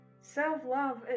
Self-love